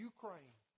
Ukraine